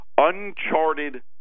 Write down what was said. uncharted